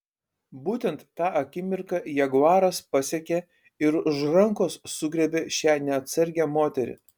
būtent tą akimirką jaguaras pasiekė ir už rankos sugriebė šią neatsargią moterį